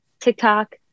TikTok